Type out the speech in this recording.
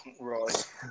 Right